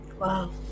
Wow